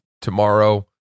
tomorrow